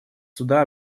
суда